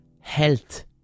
Health